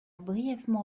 brièvement